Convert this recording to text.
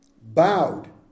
bowed